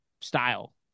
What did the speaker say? style